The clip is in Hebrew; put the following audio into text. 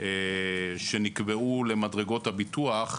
שנקבעו למדרגות הביטוח,